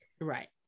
Right